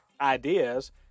ideas